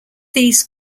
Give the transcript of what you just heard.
these